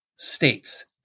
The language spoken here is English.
states